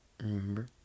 remember